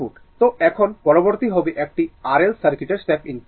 তো এখন পরবর্তী হবে একটি R L সার্কিটের স্টেপ রেসপন্স